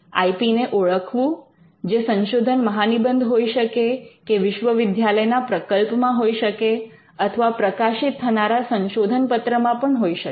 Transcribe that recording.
આઈ P ને ઓળખવું જે સંશોધન મહાનિબંધ હોઈ શકે કે વિશ્વવિદ્યાલયના પ્રકલ્પમાં હોઈ શકે અથવા પ્રકાશિત થનારા સંશોધનપત્ર માં પણ હોઈ શકે